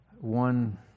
one